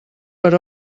per